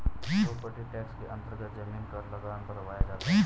property tax के अन्तर्गत जमीन का लगान भरवाया जाता है